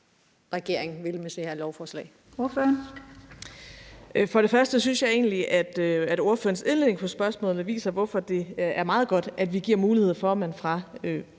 For det første synes jeg egentlig, ordførerens indledning på spørgsmålet viser, hvorfor det er meget godt, at vi giver mulighed for, at man fra